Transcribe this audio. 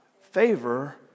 favor